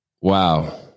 wow